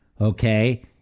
Okay